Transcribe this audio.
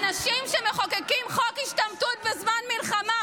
אנשים שמחוקקים חוק השתמטות בזמן מלחמה,